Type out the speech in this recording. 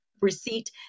receipt